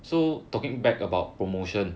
so talking bad about promotion